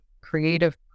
creative